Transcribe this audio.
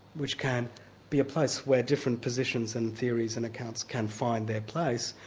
which can be a place where different positions and theories and accounts can find their place,